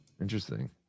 interesting